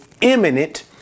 imminent